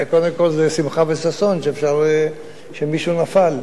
קודם כול זה שמחה וששון שמישהו נפל.